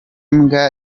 mbwa